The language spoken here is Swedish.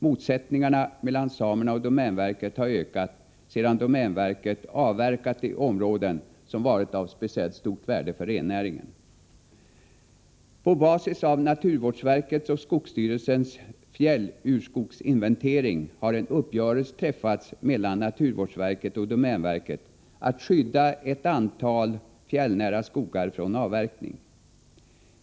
Motsättningarna mellan samerna och domänverket har ökat sedan domänverket avverkat i områden som varit av särskilt stort värde för rennäringen. På basis av naturvårdsverkets och skogsstyrelsens fjällurskogsinventering har en uppgörelse träffats mellan naturvårdsverket och domänverket om att skydda ett antal fjällnära skogar från avverkning.